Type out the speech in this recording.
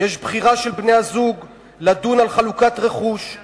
ישראל תוכל לתקן מצבים אבסורדיים כמו המצב